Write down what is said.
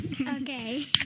Okay